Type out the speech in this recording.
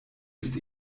ist